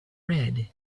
red